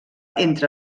entre